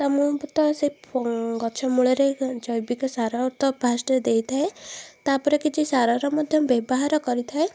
ମୁଁ ତ ସେ ଫ ଗଛମୂଳରେ ଜୈବିକ ସାର ତ ଫାଷ୍ଟ ଦେଇଥାଏ ତା'ପରେ କିଛି ସାରର ମଧ୍ୟ ବ୍ୟବହାର କରିଥାଏ